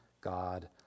God